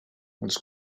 als